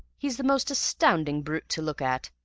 he's the most astounding brute to look at,